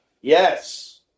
Yes